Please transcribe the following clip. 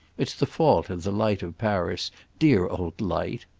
it's the fault of the light of paris dear old light!